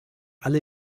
alle